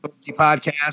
podcast